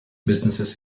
businesses